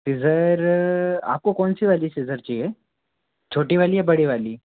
scissor आपको कौन सी वाली सीजर चाहिए छोटी वाली या बड़ी वाली